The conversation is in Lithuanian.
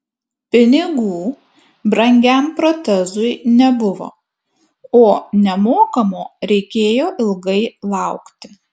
pinigų brangiam protezui nebuvo o nemokamo reikėjo ilgai laukti